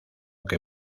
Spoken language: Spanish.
que